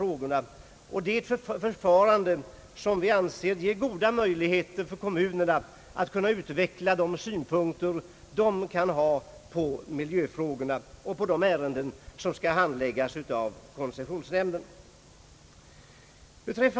Det är ett förfarande som vi anser ger goda möjligheter åt kommunerna att utveckla de synpunkter som de kan ha på miljöfrågorna och på de ärenden som skall handläggas av koncessionsnämnden.